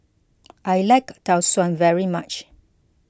I like Tau Suan very much